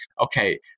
okay